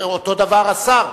אותו הדבר השר.